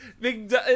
big